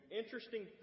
interesting